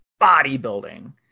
bodybuilding